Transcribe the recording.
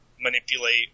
manipulate